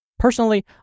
Personally